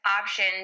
option